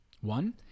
One